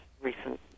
recent